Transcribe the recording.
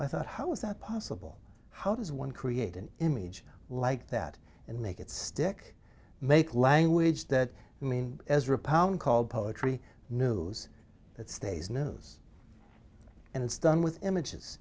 i thought how is that possible how does one create an image like that and make it stick make language that mean ezra pound called poetry news that stays news and it's done with images